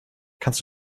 kannst